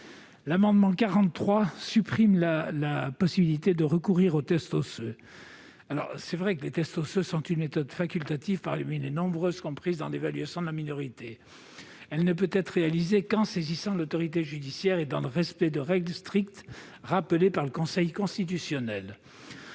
vise à supprimer la possibilité de recourir aux tests osseux. Il s'agit d'une méthode facultative parmi les nombreuses qui concourent à l'évaluation de la minorité. Elle ne peut être réalisée qu'en saisissant l'autorité judiciaire et dans le respect de règles strictes rappelées par le Conseil constitutionnel.